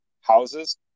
houses